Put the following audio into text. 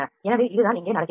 எனவே இதுதான் இங்கே நடக்கிறது